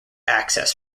access